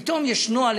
פתאום יש נוהל.